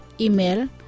Email